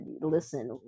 listen